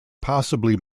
possibly